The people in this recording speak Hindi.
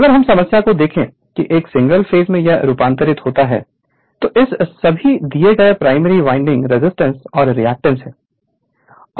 अगर हम समस्या को देखें कि एक सिंगल फेस में यह रूपांतरित होता है जो इन सभी दिए गए प्राइमरी वाइंडिंग में रेजिस्टेंस और रिएक्टेंस है